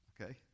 okay